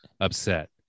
upset